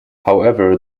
however